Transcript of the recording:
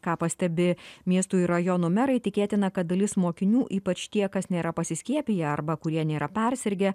ką pastebi miestų ir rajonų merai tikėtina kad dalis mokinių ypač tie kas nėra pasiskiepiję arba kurie nėra persirgę